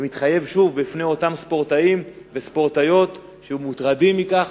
ומתחייב שוב בפני אותם ספורטאים וספורטאיות שמוטרדים מכך,